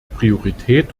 priorität